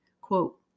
quote